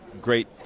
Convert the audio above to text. great